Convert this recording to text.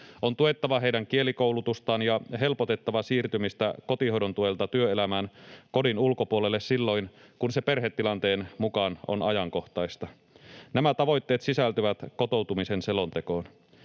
On tuettava heidän kielikoulutustaan ja helpotettava siirtymistä kotihoidon tuelta työelämään kodin ulkopuolelle silloin, kun se perhetilanteen mukaan on ajankohtaista. Nämä tavoitteet sisältyvät kotoutumisen selontekoon.